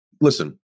Listen